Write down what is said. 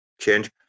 change